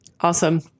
Awesome